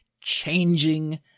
changing